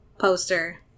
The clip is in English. poster